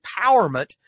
empowerment